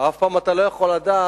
אף פעם אתה לא יכול לדעת